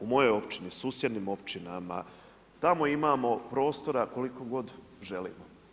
U mojoj općini, u susjednim općinama tamo imamo prostora koliko god želimo.